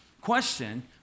Question